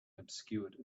obscured